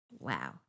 Wow